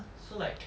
so like